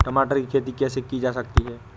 टमाटर की खेती कैसे की जा सकती है?